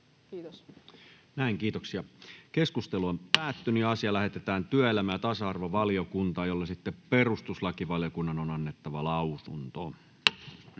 asia. Puhemiesneuvosto ehdottaa, että asia lähetetään työelämä- ja tasa-arvovaliokuntaan, jolle perustuslakivaliokunnan on annettava lausunto.